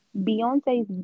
Beyonce's